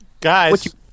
Guys